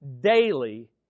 daily